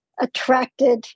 attracted